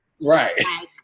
right